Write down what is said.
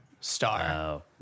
star